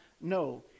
no